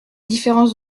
différence